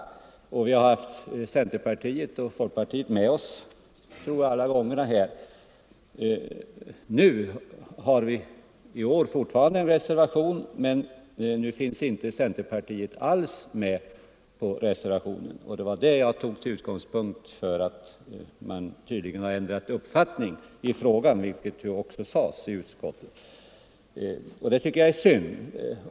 Jag tror att vi har haft centerpartiet och folkpartiet med oss alla gånger. Vi har i år fortfarande en reservation, men nu finns centerpartiet inte med på reservationen, och det tog jag som utgångspunkt för att man ändrat uppfattning i frågan, vilket också sades i utskottet. Jag tycker att det är synd.